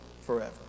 forever